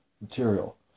material